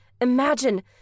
Imagine